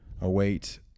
await